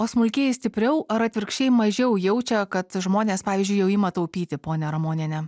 o smulkieji stipriau ar atvirkščiai mažiau jaučia kad žmonės pavyzdžiui jau ima taupyti ponia ramoniene